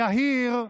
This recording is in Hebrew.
היהיר,